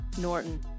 Norton